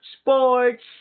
sports